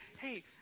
Hey